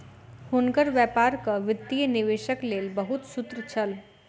हुनकर व्यापारक वित्तीय निवेशक लेल बहुत सूत्र छल